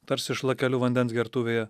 tarsi šlakeliu vandens gertuvėje